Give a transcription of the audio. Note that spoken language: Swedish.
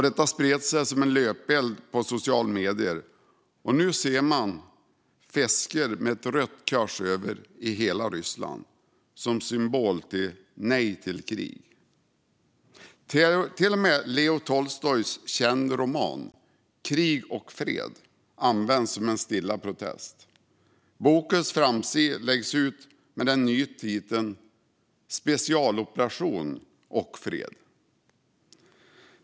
Detta spred sig som en löpeld på sociala medier, och nu ser man fiskar med rött kors över i hela Ryssland, som symbol för "Nej till krig". Till och med Lev Tolstojs kända roman Krig och fred används som en stilla protest. Bokens framsida läggs ut med den nya titeln Specialoperation och fred.